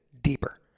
deeper